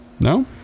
No